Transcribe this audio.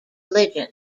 religion